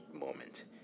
moment